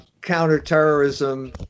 counterterrorism